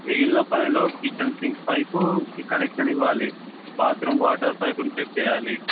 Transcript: మిగిలిన పనిలో kitchen sink pipe connection ఇవ్వాలి బాత్రూమ్ వాటర్ పైపుని చెక్ చేయాలి